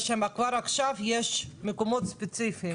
ושכבר עכשיו יש מקומות ספציפיים.